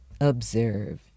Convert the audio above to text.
observe